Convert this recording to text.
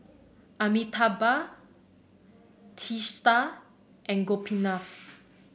Amitabh Teesta and Gopinath